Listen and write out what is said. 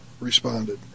responded